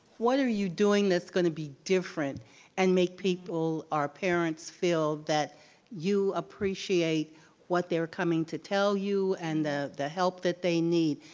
what are you doing that's gonna be different and make people, our parents, that you appreciate what they're coming to tell you and the the help that they need?